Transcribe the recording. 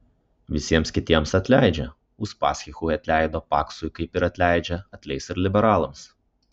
visiems kitiems atleidžia uspaskichui atleido paksui kaip ir atleidžia atleis ir liberalams